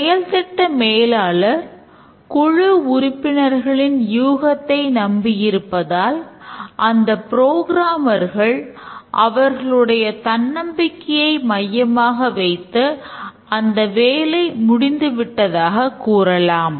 செயல் திட்ட மேலாளர் குழு உறுப்பினர்களின் யூகத்தை நம்பியிருப்பதால் அந்த புரோகிராமர்கள் அவர்களுடைய தன்னம்பிக்கையை மையமாக வைத்து அந்த வேலை முடிந்து விட்டதாக கூறலாம்